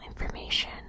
information